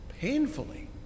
painfully